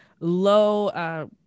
low